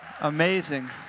Amazing